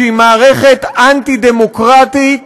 שהיא מערכת אנטי-דמוקרטית,